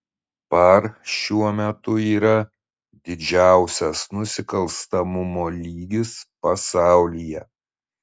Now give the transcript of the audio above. par šiuo metu yra didžiausias nusikalstamumo lygis pasaulyje